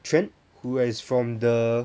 trent who is from the